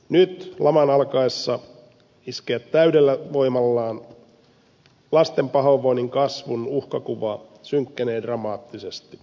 nyt laman alkaessa iskeä täydellä voimallaan lasten pahoinvoinnin kasvun uhkakuva synkkenee dramaattisesti